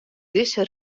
dizze